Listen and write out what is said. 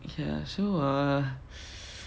ya so uh